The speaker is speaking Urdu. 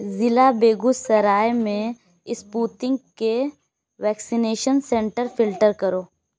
ضلع بیگو سرائے میں اسپوتنک کے ویکسینیشن سینٹر فلٹر کرو